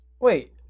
Wait